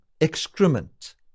excrement